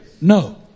No